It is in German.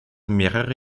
mehrere